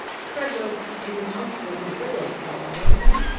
fred was i mean unc was a great old fellow, wasn't he?